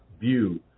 view